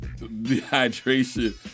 dehydration